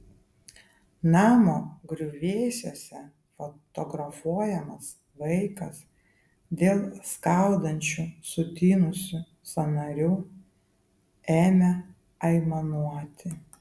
namo griuvėsiuose fotografuojamas vaikas dėl skaudančių sutinusių sąnarių ėmė aimanuoti